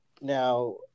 Now